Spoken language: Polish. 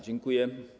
Dziękuję.